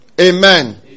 Amen